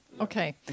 okay